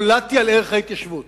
נולדתי על ערך ההתיישבות.